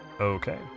Okay